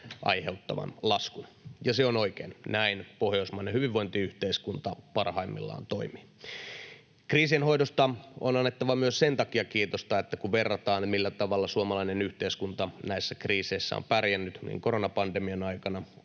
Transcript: aiheuttaman laskun — ja se on oikein. Näin pohjoismainen hyvinvointiyhteiskunta parhaimmillaan toimii. Kriisinhoidosta on annettava kiitosta myös sen takia, että kun verrataan, millä tavalla suomalainen yhteiskunta näissä kriiseissä on pärjännyt niin koronapandemian aikana